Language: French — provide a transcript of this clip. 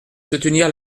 soutenir